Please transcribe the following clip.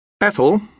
Ethel